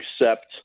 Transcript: accept